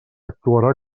actuarà